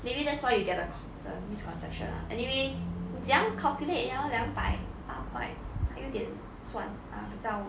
maybe that's why you get the co~ the misconception lah anyway 你怎样 calculate ya lor 两百八块还有点算 ah 比较